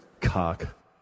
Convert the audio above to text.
Cock